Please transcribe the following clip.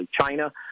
China